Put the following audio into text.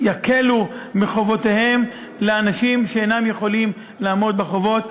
שיקלו על אנשים שאינם יכולים לעמוד בחובות.